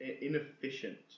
inefficient